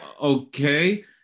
Okay